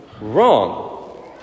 wrong